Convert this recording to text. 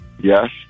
Yes